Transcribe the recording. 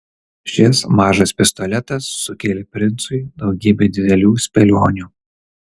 šis mažas pistoletas sukėlė princui daugybę didelių spėlionių